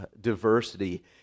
diversity